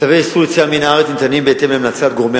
1. צווי איסור יציאה מן הארץ ניתנים בהתאם להמלצת גורמי